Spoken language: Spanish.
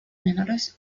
menores